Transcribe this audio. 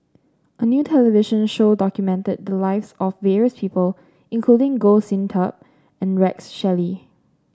a new television show documented the lives of various people including Goh Sin Tub and Rex Shelley